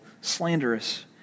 slanderous